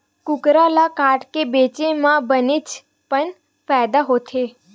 कुकरा ल काटके बेचे म बनेच पन फायदा होथे